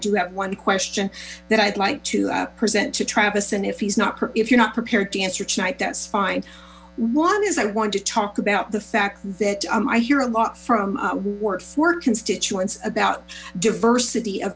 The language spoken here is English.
do have one question that i'd like to present to travis in if he's not if you're not prepared to answer tonight that's fine one is i want to talk about the fact that i hear a lot from word for constituents about diversity